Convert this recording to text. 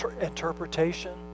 interpretation